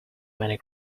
many